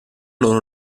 loro